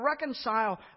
reconcile